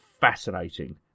fascinating